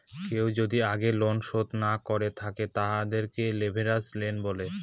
কেউ যদি আগের লোন শোধ না করে থাকে, তাদেরকে লেভেরাজ লোন বলে